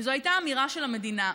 כי זו הייתה אמירה של המדינה.